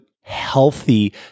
healthy